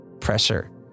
pressure